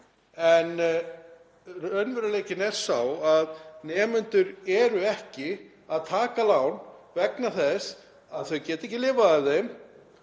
en raunveruleikinn er sá að nemendur eru ekki að taka lán vegna þess að þau geta ekki lifað af þeim.